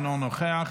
אינו נוכח,